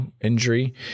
injury